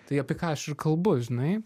tai apie ką aš ir kalbu žinai